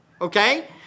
Okay